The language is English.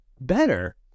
better